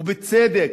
ובצדק.